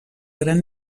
gran